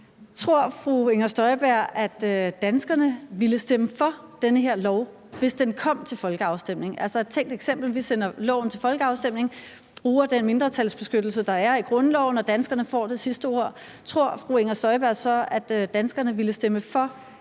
Tror fru Inger Støjberg, at danskerne ville stemme for den her lov, hvis den kom til folkeafstemning? Altså, det er et tænkt eksempel: Vi sender lovforslaget til folkeafstemning og bruger den mindretalsbeskyttelse, der er i grundloven, så danskerne får det sidste ord. Tror fru Inger Støjberg så, at danskerne ville stemme for en